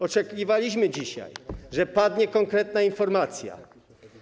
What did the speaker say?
Oczekiwaliśmy dzisiaj, że padnie konkretna informacja.